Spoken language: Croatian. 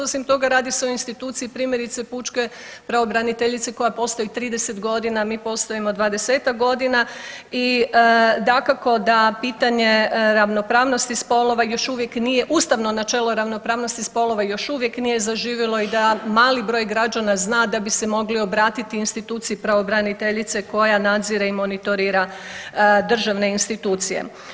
Osim toga radi se o instituciji primjerice pučke pravobraniteljice koja postoji 30 godina, mi postojimo 20-ak godina i dakako da pitanje ravnopravnosti spolova još uvijek nije ustavno načelo ravnopravnosti spolova još uvijek nije zaživjelo i da mali broj građana zna da bi se mogli obratiti instituciji pravobraniteljice koja nadzire i monitorira državne institucije.